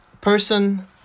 person